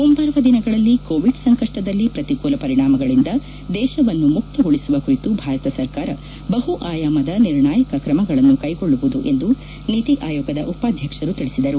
ಮುಂಬರುವ ದಿನಗಳಲ್ಲಿ ಕೋವಿಡ್ ಸಂಕಷ್ಟದಲ್ಲಿ ಪ್ರತಿಕೂಲ ಪರಿಣಾಮಗಳಿಂದ ದೇಶವನ್ನು ಮುಕ್ತಗೊಳಿಸುವ ಕುರಿತು ಭಾರತ ಸರ್ಕಾರ ಬಹು ಆಯಾಮದ ನಿರ್ಣಾಯಕ ಕ್ರಮಗಳನ್ನು ಕೈಗೊಳ್ಳುವುದು ಎಂದು ನೀತಿ ಆಯೋಗದ ಉಪಾಧ್ಯಕ್ಷರು ತಿಳಿಸಿದರು